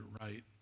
right